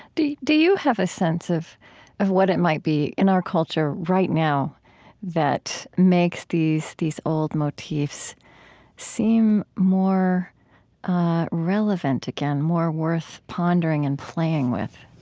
do you have a sense of of what it might be in our culture right now that makes these these old motifs seem more relevant again, more worth pondering and playing with?